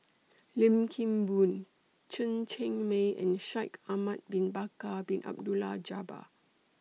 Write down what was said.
Lim Kim Boon Chen Cheng Mei and Shaikh Ahmad Bin Bakar Bin Abdullah Jabbar